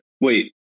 Wait